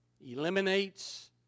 eliminates